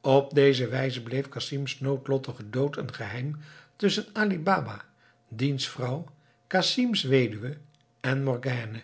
op deze wijze bleef casim's noodlottige dood een geheim tusschen ali baba diens vrouw casim's weduwe en morgiane